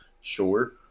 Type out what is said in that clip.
Sure